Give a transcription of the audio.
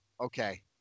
Okay